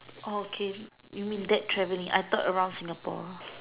okay you mean that traveling I thought around Singapore